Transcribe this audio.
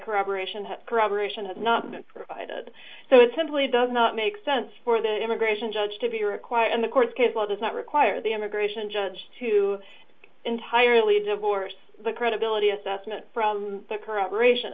corroboration of not provided so it simply does not make sense for the immigration judge to be required and the court case law does not require the immigration judge to entirely divorce the credibility assessment from the corroboration